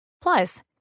Plus